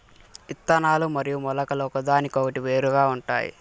ఇత్తనాలు మరియు మొలకలు ఒకదానికొకటి వేరుగా ఉంటాయి